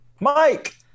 Mike